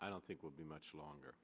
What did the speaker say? i don't think will be much longer